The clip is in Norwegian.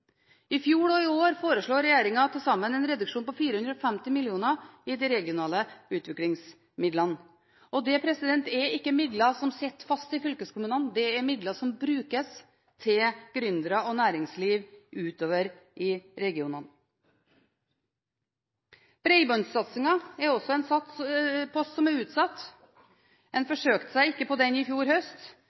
I fjor og i år foreslo regjeringen en reduksjon på til sammen 450 mill. kr i de regionale utviklingsmidlene. Dette er ikke midler som sitter fast i fylkeskommunene, dette er midler som brukes til gründere og næringsliv utover i regionene. Bredbåndssatsingen er også en post som er utsatt. Den forsøkte man seg ikke på i fjor høst,